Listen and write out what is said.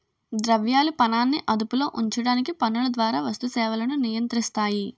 ద్రవ్యాలు పనాన్ని అదుపులో ఉంచడానికి పన్నుల ద్వారా వస్తు సేవలను నియంత్రిస్తాయి